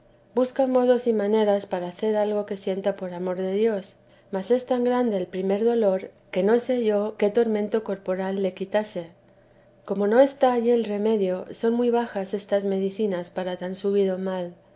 busca modos y maneras para hacer algo que sienta por amor de dios mas es tan grande el primer dolor que no sé yo qué tormento corporal le quitase como no está allí el remedio son muy bajas estas medicinas para tan subido mal